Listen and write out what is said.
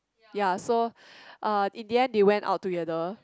ya so uh in the end they went out together